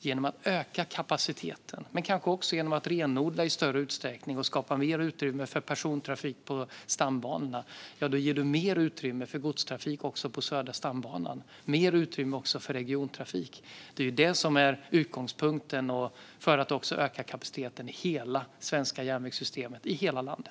Genom att öka kapaciteten - men kanske också genom att i större utsträckning renodla och skapa mer utrymme för persontrafik på stambanorna - ger vi mer utrymme för godstrafik också på Södra stambanan. Det blir mer utrymme även för regiontrafik. Det är det som är utgångspunkten. Det handlar om att öka kapaciteten i hela det svenska järnvägssystemet, i hela landet.